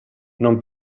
non